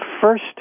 first